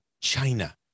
China